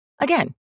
Again